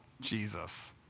Jesus